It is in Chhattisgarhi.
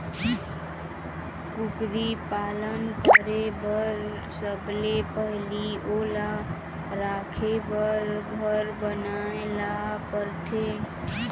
कुकरी पालन करे बर सबले पहिली ओला राखे बर घर बनाए ल परथे